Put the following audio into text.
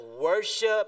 worship